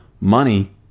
money